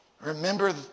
Remember